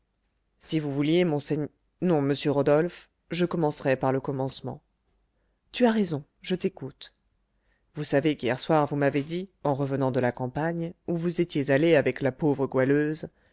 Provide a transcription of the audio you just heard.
si vous vouliez monseign non monsieur rodolphe je commencerais par le commencement tu as raison je t'écoute vous savez qu'hier soir vous m'avez dit en revenant de la campagne où vous étiez allé avec la pauvre goualeuse